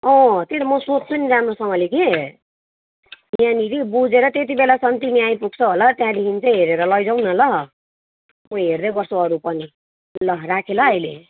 अँ त्यही त म सोध्छु नि राम्रोसँगले कि यहाँनिर बुझेर त्यत्ति बेलासम्म तिमी आइपुग्छौ होला त्यहाँदेखि चाहिँ हेरेर लैजाऊँ न ल म हेर्दै गर्छु अरू पनि ल राखेँ ल अहिले